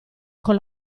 con